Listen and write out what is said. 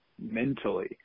mentally